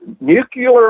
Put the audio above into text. nuclear